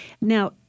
Now